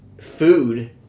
Food